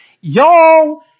y'all